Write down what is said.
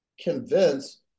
convince